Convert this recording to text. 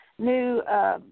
New